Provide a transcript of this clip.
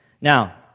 Now